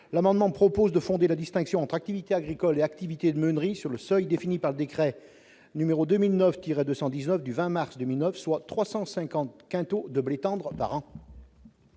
l'amendement vise à fonder la distinction entre activité agricole et activité de meunerie sur le seuil défini par le décret n° 2009-319 du 20 mars 2009, soit 350 quintaux de blé tendre par an.